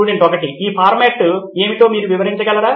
student 1 ఈ format ఏమిటో మీరు వివరించగలరా